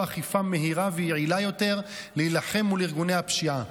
אכיפה מהירה ויעילה יותר להילחם מול ארגוני הפשיעה,